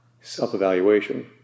self-evaluation